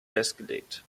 festgelegt